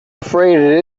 afraid